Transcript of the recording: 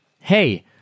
hey